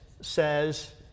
says